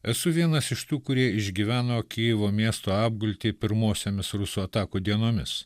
esu vienas iš tų kurie išgyveno kijevo miesto apgulti pirmosiomis rusų atakų dienomis